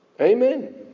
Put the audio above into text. Amen